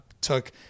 took